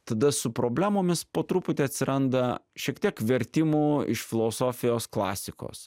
tada su problemomis po truputi atsiranda šiek tiek vertimų iš filosofijos klasikos